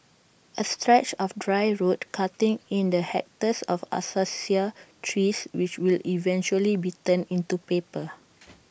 A stretch of dry road cutting in the hectares of Acacia trees which will eventually be turned into paper